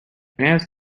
bananas